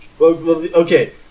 Okay